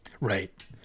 Right